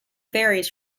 varies